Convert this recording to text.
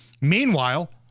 meanwhile